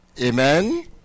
Amen